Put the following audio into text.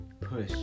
push